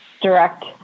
direct